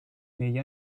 negli